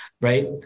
right